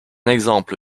exemple